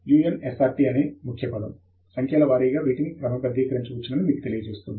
unsrt అనే ముఖ్యపదం సంఖ్యల వారీగా వీటిని క్రమబద్ధీకరించవచ్చని మీకు తెలియజేస్తుంది